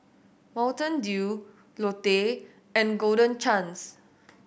Mountain Dew Lotte and Golden Chance